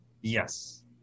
Yes